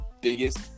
biggest